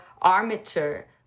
armature